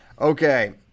Okay